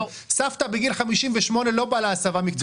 סבתא בגיל 58, לא באה להסבה מקצועית.